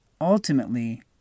ultimately